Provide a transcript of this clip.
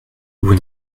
vous